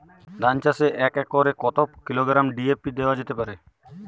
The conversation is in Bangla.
ধান চাষে এক একরে কত কিলোগ্রাম ডি.এ.পি দেওয়া যেতে পারে?